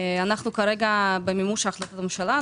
אנחנו כרגע במימוש החלטות ממשלה.